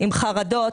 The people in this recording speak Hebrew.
עם חרדות,